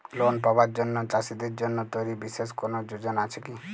Loan পাবার জন্য চাষীদের জন্য তৈরি বিশেষ কোনো যোজনা আছে কি?